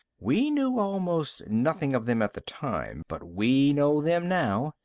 we knew almost nothing of them at the time, but we know them now.